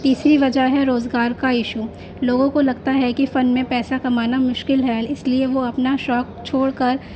تیسری وجہ ہے روزگار کا ایشو لوگوں کو لگتا ہے کہ فن میں پیسہ کمانا مشکل ہے اس لیے وہ اپنا شوق چھوڑ کر